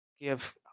give